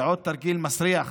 זה עוד תרגיל מסריח